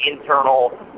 internal